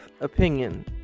opinion